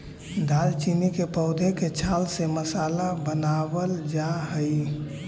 दालचीनी के पौधे के छाल से मसाला बनावाल जा हई